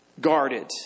guarded